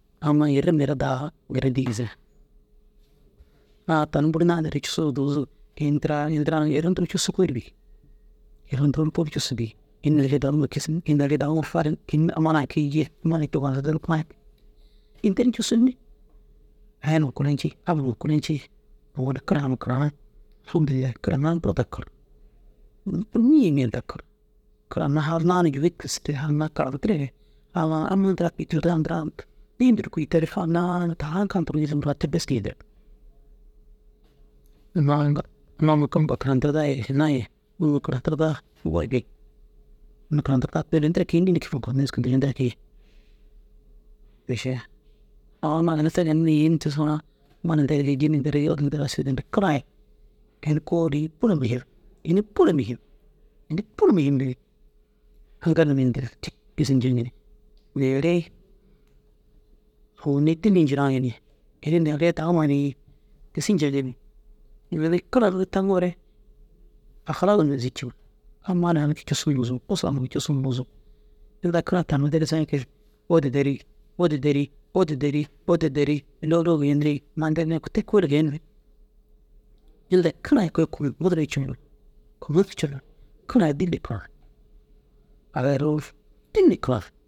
Amma irri mire daha gêrenti kisiŋ na tani bûrna der cussu ru duzug ini tira ini tira irri nturu ru cussu kôoli bêi. Irri nturu ru cussu kôoli bêi ini neere dagu kisiŋ ini neere daguma fariŋ inta amma naa kii ncii ini te ru cussu înni aya numa kolo ncii abba numa kolo ncii owoni kara numa karaniŋ. karaniŋ buru dakir mîya mîya ru dakir kara mire hal naana jûfut kisirere halnana karantirere amma amma ntira nii nturu kui terig halnana te bes geentirig. unnu karantir dayi tere ini tira kii înni kii šiša au amma ginna te ginna yêeni tigisoo na kara aiini buru muhim ini kôoli ini buru muhim ini buru muhim dige aŋkal numa dîli cîk gisi nceŋinni neere owoni dîli ncina gini. Ini neere dagima na gisi nceŋini neere kara unnu taŋoore ahalak numa na zîciŋ amma naa na kii cussu ru nuzig usura numa na kii cussu ru nuzug inta kara tami deere sakidu ôtu derii ôtu derii ôtu deri ôtu derii lôlo geeniri ma nteri te kôoli geenimmi ille kara ai kubu duro coo na kubu duro coo na kara ai dîli karan aga irri ru dîli karan.